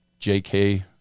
JK